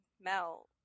Mel